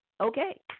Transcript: okay